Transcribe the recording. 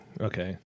okay